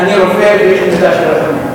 אני רופא, ויש לי מידה של רחמים.